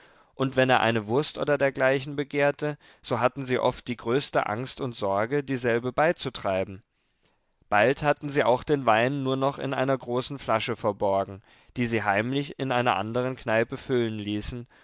und wenn er eine wurst oder dergleichen begehrte so hatten sie oft die größte angst und sorge dieselbe beizutreiben bald hatten sie auch den wein nur noch in einer großen flasche verborgen die sie heimlich in einer andern kneipe füllen ließen